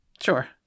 Sure